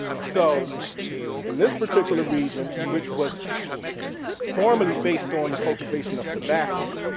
so in this particular region, which was formerly based on the cultivation of tobacco,